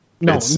No